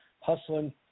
hustling